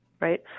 right